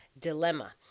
dilemma